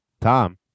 Tom